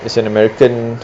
it's an american